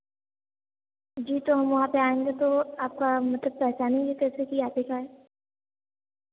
जी तो हम वहाँ पर आएँगे तो आपका मतलब पहचानेंगे कैसे कि आप ही का है